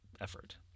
effort